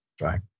right